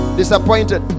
disappointed